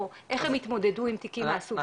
או איך הם התמודדו עם תיקים מהסוג הזה.